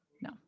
No